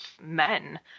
men